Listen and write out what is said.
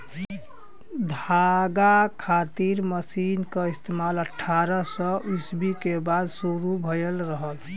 धागा खातिर मशीन क इस्तेमाल अट्ठारह सौ ईस्वी के बाद शुरू भयल रहल